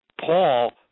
Paul